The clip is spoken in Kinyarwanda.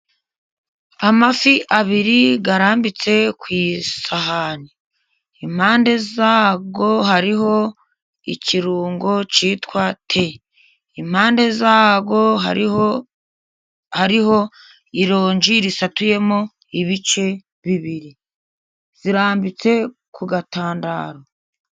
Amafi abiri arambitse ku isahani, iruhande rwayo hariho ikirungo cyitwa te, iruhande rwayo hariho ironji risatuyemo ibice bibiri, rirambitse ku gatandaro.